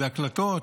זה הקלטות,